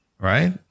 right